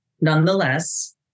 Nonetheless